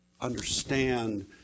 understand